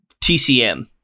tcm